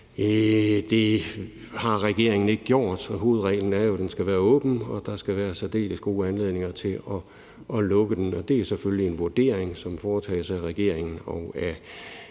Det har regeringen ikke gjort, for hovedreglen er jo, at den skal være åben, og der skal være en særdeles god anledning til at lukke den. Det er selvfølgelig en vurdering, som foretages af regeringen og af